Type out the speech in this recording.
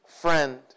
friend